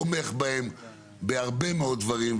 תומך בהם בהרבה מאוד דברים,